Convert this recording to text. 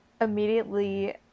immediately